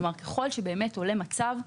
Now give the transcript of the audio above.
כלומר ככל שבאמת עולה מצב,